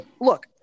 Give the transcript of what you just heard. look